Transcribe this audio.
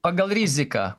pagal riziką